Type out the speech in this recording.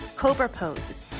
cobra pose.